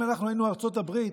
אם אנחנו היינו ארצות הברית,